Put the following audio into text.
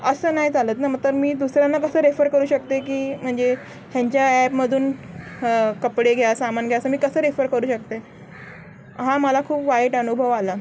असं नाही चालत ना मग तर मी दुसऱ्यांना कसं रेफर करू शकते की म्हणजे ह्यांच्या ॲपमधून कपडे घ्या सामान घ्याचं मी कसं रेफर करू शकते हा मला खूप वाईट अनुभव आला